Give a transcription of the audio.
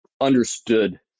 understood